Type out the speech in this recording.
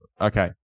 Okay